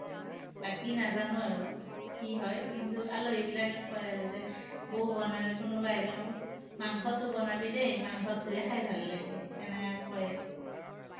বাকী নাজানো আৰু কি হয় কিন্তু আলহীবিলাকে কয় আৰু যে বৌ বনালে কোনোবা আহিলে মাংসটো বনাবি দেই মাংসটোহে খাই ভাল লাগে এনেকে কয় আৰু